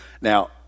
Now